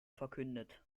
verkündet